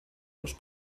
los